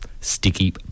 Sticky